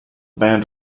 band